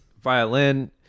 violin